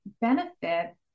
benefit